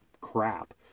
crap